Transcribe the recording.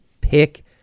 pick